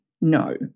no